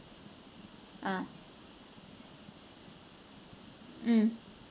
ah um